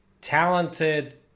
talented